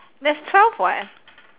there's twelve [what]